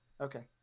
Okay